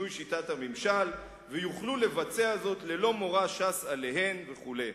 לשינוי שיטת הממשל ויוכלו לבצע זאת ללא מורא ש"ס עליהן וכו'?